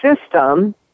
system